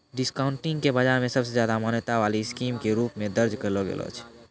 discounting के बाजार मे सबसे ज्यादा मान्यता वाला स्कीम के रूप मे दर्ज कैलो छै